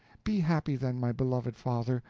be happy then, my beloved father,